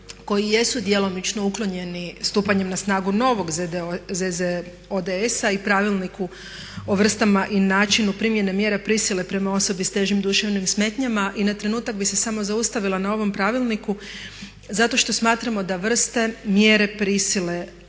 koji jesu djelomično uklonjeni stupanjem na snagu novog ZZODS-a i pravilniku o vrstama i načinu primjena mjera prisile prema osobi s težim duševnim smetnjama. Na trenutak bih se samo zaustavila na ovom pravilniku zato što smatramo da vrste mjere prisile